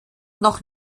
noch